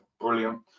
Brilliant